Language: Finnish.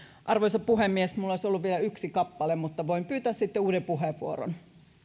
arvoisa puhemies minulla olisi ollut vielä yksi kappale mutta voin pyytää sitten uuden puheenvuoron